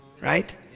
Right